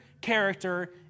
character